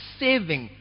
saving